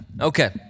okay